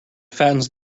fattens